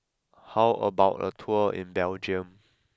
how about a tour in Belgium